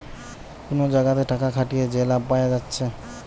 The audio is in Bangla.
কুনো জাগাতে টাকা খাটিয়ে যে লাভ পায়া যাচ্ছে